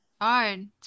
Hard